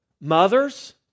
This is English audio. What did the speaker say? Mothers